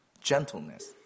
gentleness